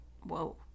Whoa